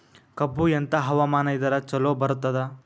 ಕಬ್ಬು ಎಂಥಾ ಹವಾಮಾನ ಇದರ ಚಲೋ ಬರತ್ತಾದ?